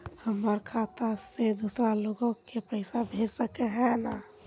हमर खाता से दूसरा लोग के पैसा भेज सके है ने?